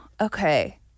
okay